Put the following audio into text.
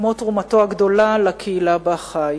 כמו תרומתו הגדולה לקהילה שבה חי.